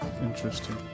interesting